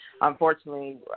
Unfortunately